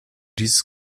dieses